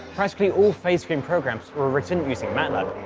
practically all phase screen programs were written using matlab.